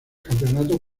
campeonato